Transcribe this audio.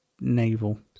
navel